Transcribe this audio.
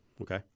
Okay